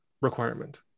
requirement